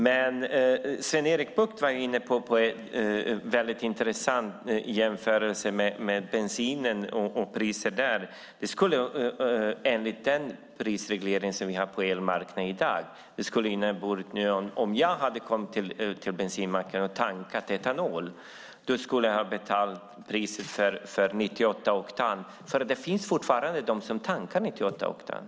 Men Sven-Erik Bucht var inne på en intressant jämförelse med bensinen och priserna där. Enligt den prisreglering som vi har på elmarknaden i dag skulle jag, om jag skulle komma till bensinmacken och tanka etanol, betala priset för 98 oktan, för det finns fortfarande de som tankar 98 oktan.